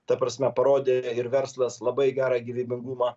ta prasme parodė ir verslas labai gerą gyvybingumą